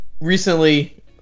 Recently